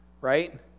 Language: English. right